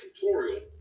tutorial